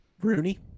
Rooney